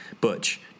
Butch